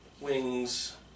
wings